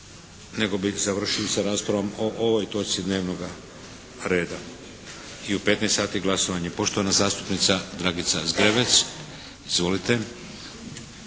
nego bi završili sa raspravom o ovoj točci dnevnoga reda. I u 15 sati glasovanje. Poštovana zastupnica Dragica Zgrebec. Izvolite.